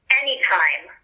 anytime